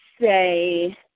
say